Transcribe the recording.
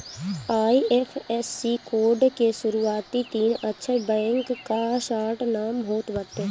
IFSC code के शुरूआती तीन अक्षर बैंक कअ शार्ट नाम होत बाटे